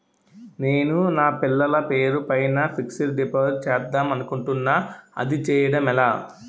నేను నా పిల్లల పేరు పైన ఫిక్సడ్ డిపాజిట్ చేద్దాం అనుకుంటున్నా అది చేయడం ఎలా?